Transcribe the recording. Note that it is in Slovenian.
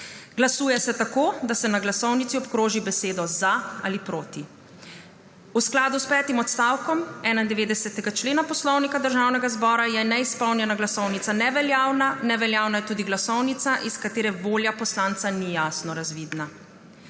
Glasuje se tako, da se na glasovnici obkroži besedo za ali proti. V skladu s petim odstavkom 91. člena Poslovnika Državnega zbora je neizpolnjena glasovnica neveljavna. Neveljavna je tudi glasovnica, iz katere volja poslanca ni jasno razvidna.